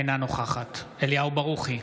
אינה נוכחת אליהו ברוכי,